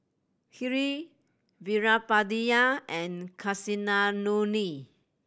Hri Veerapandiya and Kasinadhuni